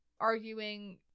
arguing